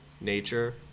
nature